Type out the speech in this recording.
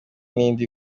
n’ibindi